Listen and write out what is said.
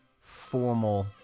formal